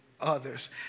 others